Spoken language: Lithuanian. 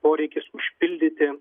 poreikis užpildyti